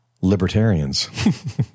libertarians